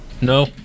no